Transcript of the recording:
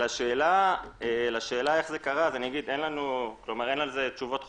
לשאלה איך זה קרה אין על זה תשובות חותכות.